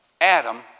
Adam